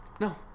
no